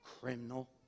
criminal